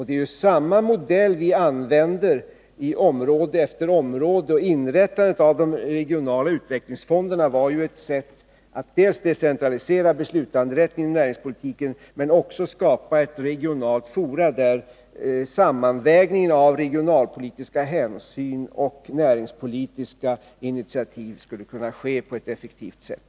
Det är samma modell vi använder i område efter område. Inrättandet av de regionala utvecklingsfonderna var ju ett sätt att dels decentralisera beslutanderätten i näringspolitiken, dels skapa ett regionalt forum, där sammanvägning av regionalpolitiska hänsyn och näringspolitiska initiativ skulle kunna ske på ett effektivt sätt.